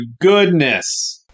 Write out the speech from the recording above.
goodness